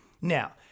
Now